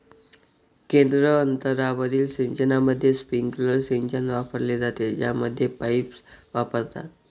केंद्र अंतरावरील सिंचनामध्ये, स्प्रिंकलर सिंचन वापरले जाते, ज्यामध्ये पाईप्स वापरतात